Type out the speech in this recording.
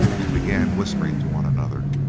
and began whispering to one another,